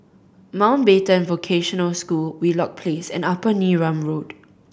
Mountbatten Vocational School Wheelock Place and Upper Neram Road